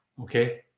Okay